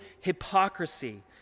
hypocrisy